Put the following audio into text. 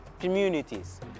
communities